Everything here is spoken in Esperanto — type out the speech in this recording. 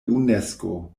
unesko